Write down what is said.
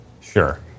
Sure